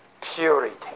purity